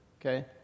okay